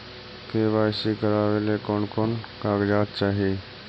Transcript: KYC करावे ले कोन कोन कागजात चाही?